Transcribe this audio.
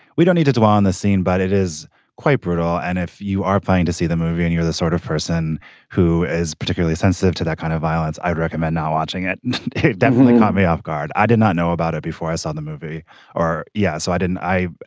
we don't need to dwell on the scene but it is quite brutal and if you are paying to see the movie and you're the sort of person who is particularly sensitive to that kind of violence i would recommend not watching it definitely caught me off guard. i did not know about it before i saw the movie or yeah. so i didn't i.